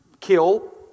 kill